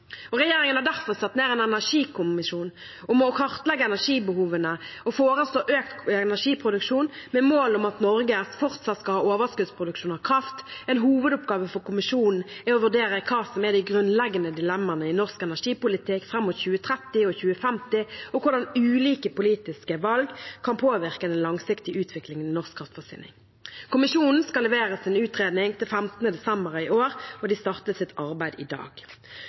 og hvem som skal bære kostnadene. Regjeringen har derfor satt ned en energikommisjon som skal kartlegge energibehovene og foreslå økt energiproduksjon, med mål om at Norge fortsatt skal ha overskuddsproduksjon av kraft. En hovedoppgave for kommisjonen er å vurdere hva som er de grunnleggende dilemmaene i norsk energipolitikk fram mot 2030 og 2050, og hvordan ulike politiske valg kan påvirke den langsiktige utviklingen i norsk kraftforsyning. Kommisjonen skal levere sin utredning innen 15. desember i år, og de starter sitt arbeid i dag.